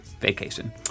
vacation